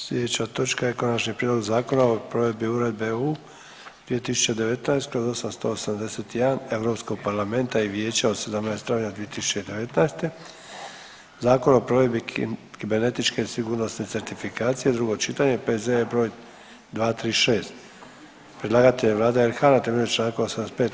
Sljedeća točka je: - Konačni prijedlog Zakona o provedbi Uredbe EU 2019/881 Europskog parlamenta i Vijeća od 17. travnja 2019. (Zakon o provedbi kibernetičke sigurnosne certifikacije), drugo čitanje, P.Z.E. br. 236 Predlagatelj je Vlada RH na temelju čl. 85.